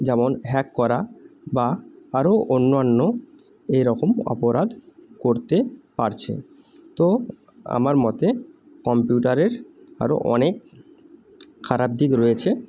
যেমন হ্যাক করা বা আরও অন্যান্য এরকম অপরাধ করতে পারছে তো আমার মতে কম্পিউটারের আরও অনেক খারাপ দিক রয়েছে